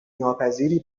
ناپذیری